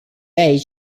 aici